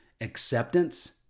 acceptance